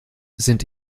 sind